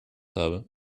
habe